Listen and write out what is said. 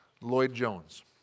Lloyd-Jones